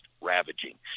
ravaging